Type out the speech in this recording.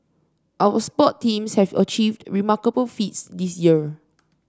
our sports teams have achieved remarkable feats this year